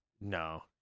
No